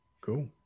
Cool